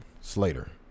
Slater